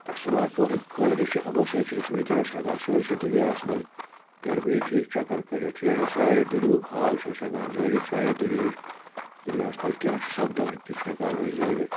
smart فونٕکۍ فٲیدٕ چھِ یِمو سۭتۍ چھِ أسۍ وٕنکٮ۪نَس ہٮ۪کان سٲرسٕے دُنیاہَس منٛز گَرِ بِہتٕے چکر کٔرِتھ یعنے سارے دُنیِہُک حال چھِ أسۍ ہٮ۪کان زٲنِتھ سارے دُنیِہِچ دُنیاہَس منٛز کیٛاہ چھُ سپدان تہِ چھِ ہٮ۪کان أسۍ زٲنِتھ